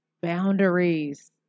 Boundaries